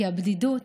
כי הבדידות